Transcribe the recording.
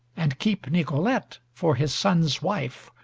and keep nicolete for his son's wife,